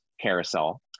Carousel